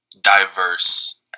diverse